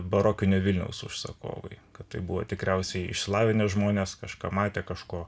barokinio vilniaus užsakovai kad tai buvo tikriausiai išsilavinę žmonės kažką matę kažko